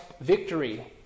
victory